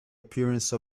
appearance